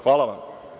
Hvala vam.